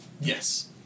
Yes